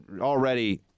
already